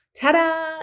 ta-da